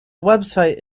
website